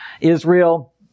Israel